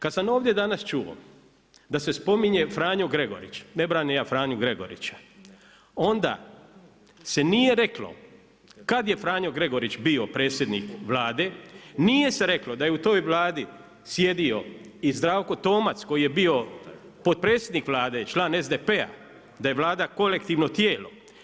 Kad sam ovdje danas čuo da se spominje Franjo Gregori, ne branim ja Franju Gregorića, onda se nije reklo kad je Franji Gregorić bio predsjednik Vlade, nije se reklo da je u toj Vladi sjedio i Zdravko Tomac koji je bio potpredsjednik Vlade, član SDP-, da je Vlada kolektivno tijelo.